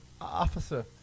officer